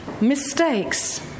mistakes